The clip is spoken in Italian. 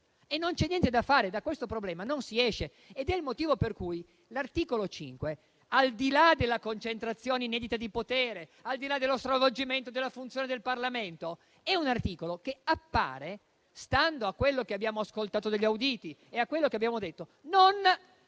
Non c'è niente da fare, da questo problema non si esce ed è il motivo per cui l'articolo 5, al di là della concentrazione inedita di potere e dello stravolgimento della funzione del Parlamento, stando a quello che abbiamo ascoltato dagli auditi e a quello che abbiamo detto, non